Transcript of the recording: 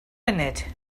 funud